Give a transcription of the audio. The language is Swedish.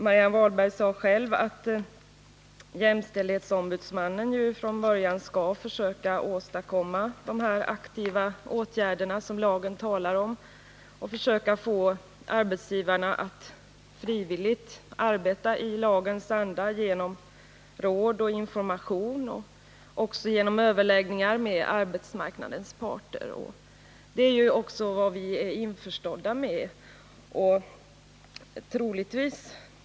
Marianne Wahlberg sade själv att jämställdhetsombudsmannen från början skall försöka åstadkomma dessa aktiva åtgärder som lagen talar om, försöka få arbetsgivarna att frivilligt arbeta i lagens anda genom råd och information och även genom överläggningar med arbetsmarknadens parter. Detta är vi ju också införstådda med.